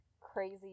crazy